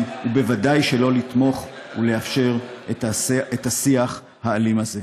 וודאי שלא לתמוך ולאפשר את השיח האלים הזה.